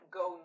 go